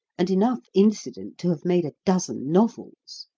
and enough incident to have made a dozen novels.